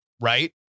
right